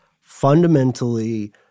fundamentally